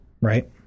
right